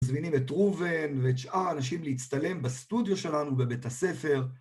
מזמינים את רובן ואת שאר האנשים להצטלם בסטודיו שלנו, בבית הספר.